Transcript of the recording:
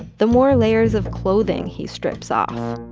the more layers of clothing he strips off.